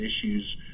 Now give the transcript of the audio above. issues